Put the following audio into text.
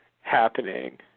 happening